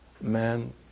man